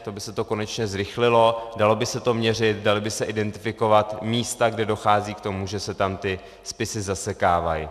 To by se to konečně zrychlilo, dalo by se to měřit, dala by se identifikovat místa, kde dochází k tomu, že se tam ty spisy zasekávají.